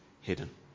hidden